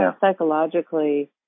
psychologically